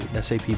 SAP